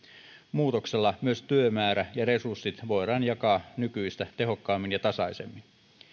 muutoksella myös työmäärä ja resurssit voidaan jakaa nykyistä tehokkaammin ja tasaisemmin